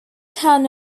town